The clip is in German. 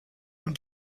und